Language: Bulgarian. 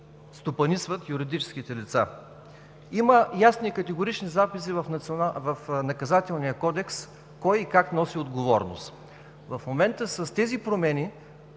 стопанисват юридическите лица. Има ясни и категорични записи в Наказателния кодекс кой и как носи отговорност. В момента с тези промени,